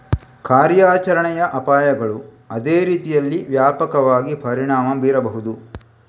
ಕಾರ್ಯಾಚರಣೆಯ ಅಪಾಯಗಳು ಅದೇ ರೀತಿಯಲ್ಲಿ ವ್ಯಾಪಕವಾಗಿ ಪರಿಣಾಮ ಬೀರಬಹುದು